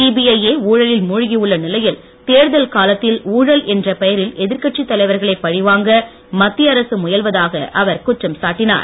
CBI யே ஊழலில் மூழ்கி உள்ள நிலையில் தேர்தல் காலத்தில் ஊழல் என்ற பெயரில் எதிர்கட்சித் தலைவர்களை பழிவாங்க மத்திய அரசு முயல்வதாக அவர் குற்றம் சாட்டினார்